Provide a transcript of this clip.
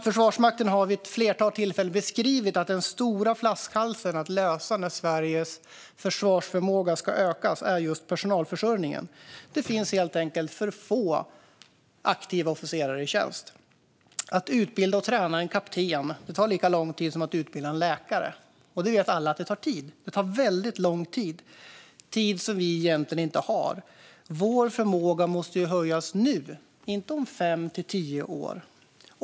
Försvarsmakten har vid ett flertal tillfällen beskrivit att den stora flaskhalsen att lösa när Sveriges försvarsförmåga ska ökas är just personalförsörjningen. Det finns helt enkelt för få officerare i aktiv tjänst. Att utbilda och träna en kapten tar lika lång tid som att utbilda en läkare. Och det vet alla att det tar tid - lång tid. Det är tid som vi egentligen inte har. Vår förmåga måste höjas nu, inte om fem till tio år.